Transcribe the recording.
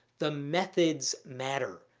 the methods matter.